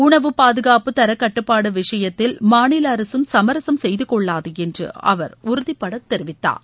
உணவு பாதுகாப்பு தரக்கட்டுப்பாடு விஷயத்தில் மாநில அரசு சுமரசும் செய்துக்கொள்ளாது என்று அவர் உறுதிபடத் தெரிவித்தார்